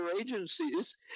agencies